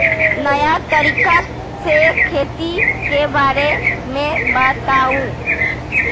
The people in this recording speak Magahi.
नया तरीका से खेती के बारे में बताऊं?